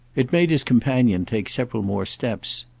it made his companion take several more steps.